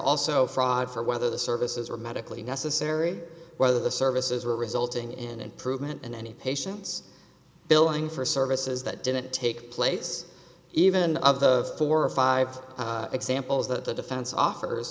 also fraud for whether the services were medically necessary whether the services were resulting in and prudent in any patients billing for services that didn't take place even of the four or five examples that the defense offers